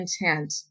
intent